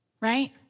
Right